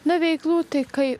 na veiklų tai kai